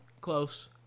close